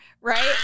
Right